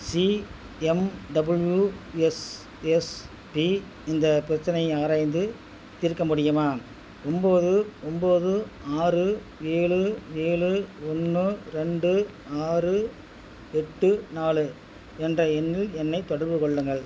C M W S S P இந்த பிரச்சனையை ஆராய்ந்து தீர்க்க முடியுமா ஒம்போது ஒம்போது ஆறு ஏழு ஏழு ஒன்று ரெண்டு ஆறு எட்டு நாலு என்ற எண்ணில் என்னைத் தொடர்பு கொள்ளுங்கள்